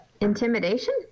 Intimidation